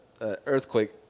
earthquake